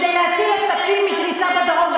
כדי להציל עסקים מקריסה בדרום.